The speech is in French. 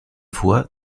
voie